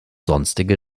sonstige